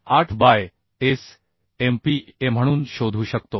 8 by S MPaम्हणून शोधू शकतो